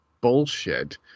bullshit